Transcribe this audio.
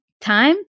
time